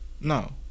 No